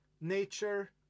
nature